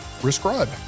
Prescribe